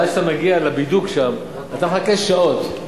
עד שאתה מגיע לבידוק שם אתה מחכה שעות.